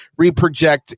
reproject